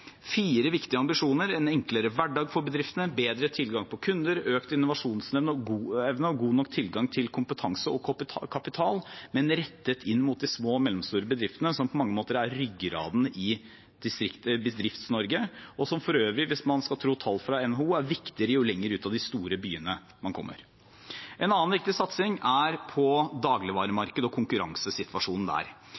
fire viktige ambisjoner: en enklere hverdag for bedriftene, bedre tilgang på kunder, økt innovasjonsevne og god nok tilgang til kompetanse og kapital, men rettet inn mot de små og mellomstore bedriftene, som på mange måter er ryggraden i Bedrifts-Norge, og som for øvrig – hvis man skal tro tall fra NHO – er viktigere jo lenger ut av de store byene man kommer. En annen viktig satsing er på